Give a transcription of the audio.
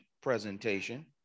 presentation